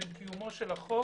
בין קיומו של החוק